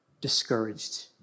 discouraged